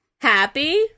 Happy